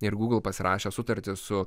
ir gūgl pasirašė sutartį su